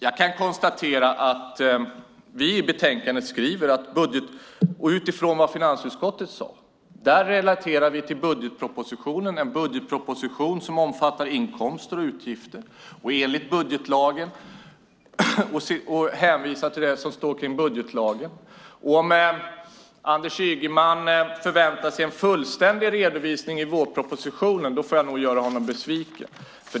Jag kan konstatera att vi skriver i betänkandet utifrån vad finansutskottet sade. Vi relaterar till budgetpropositionen, en budgetproposition som omfattar inkomster och utgifter i enlighet med budgetlagen, och vi hänvisar till det som står om budgetlagen. Om Anders Ygeman förväntar sig en fullständig redovisning i vårpropositionen får jag nog göra honom besviken.